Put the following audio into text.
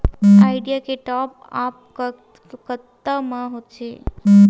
Idea के top आप कतका म होथे?